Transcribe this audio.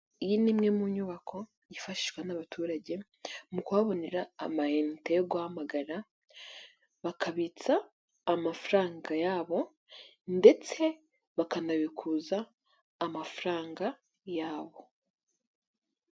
Iyi ni imwe mu nyubako yifashishwa n'abaturage mu kuhabonera amayinite yo guhamagara, bakabitsa amafaranga yabo ndetse bakanabikuza amafaranga yabo.